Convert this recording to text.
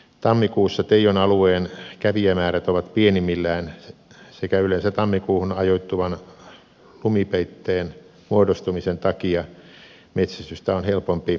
tammikuussa teijon alueen kävijämäärät ovat pienimmillään sekä yleensä tammikuuhun ajoittuvan lumipeitteen muodostumisen takia metsästystä on helpompi harjoittaa kuin loppuvuodesta